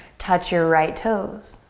touch your right toes.